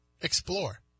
explore